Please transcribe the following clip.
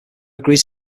agrees